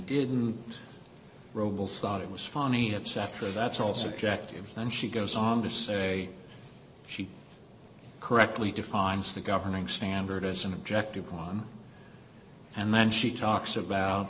didn't robles thought it was funny it's after that's all subjective and she goes on to say she correctly defines the governing standard as an objective one and then she talks about